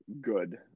good